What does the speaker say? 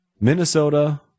Minnesota